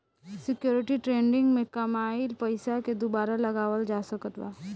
security trading में कामयिल पइसा के दुबारा लगावल जा सकऽता